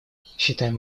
считаем